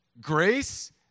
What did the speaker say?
Grace